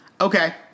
Okay